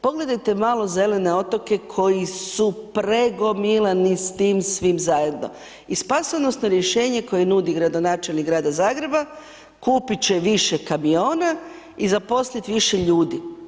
Pogledajte malo zelene otoke koji su pregomilani s tim svim zajedno, i spasonosno rješenje koje nudi gradonačelnik Grada Zagreba, kupit će više kamiona, i zaposlit više ljudi.